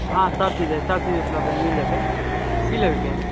हाँ सभचीज हइ सभचीज़ उपलब्ध हइ चीज मिल जेतै की लेबयके हइ